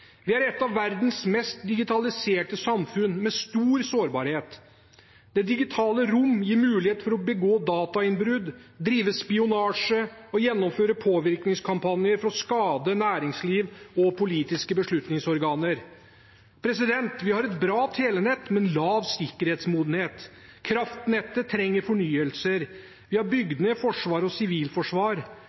Vi er et av verdens mest digitaliserte samfunn, med stor sårbarhet. Det digitale rommet gir mulighet for å begå datainnbrudd, drive spionasje og gjennomføre påvirkningskampanjer for å skade næringsliv og politiske beslutningsorganer. Vi har et bra telenett, men lav sikkerhetsmodenhet. Kraftnettet trenger fornyelser. Vi har bygd ned Forsvaret og